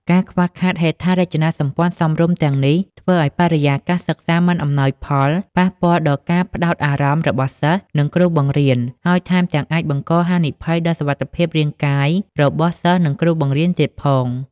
ការខ្វះខាតហេដ្ឋារចនាសម្ព័ន្ធសមរម្យទាំងនេះ ធ្វើឱ្យបរិយាកាសសិក្សាមិនអំណោយផល ប៉ះពាល់ដល់ការផ្តោតអារម្មណ៍របស់សិស្ស និងគ្រូបង្រៀន ហើយថែមទាំងអាចបង្កហានិភ័យដល់សុវត្ថិភាពរាងកាយរបស់សិស្ស និងគ្រូបង្រៀនទៀតផង។